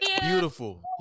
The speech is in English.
Beautiful